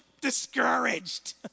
discouraged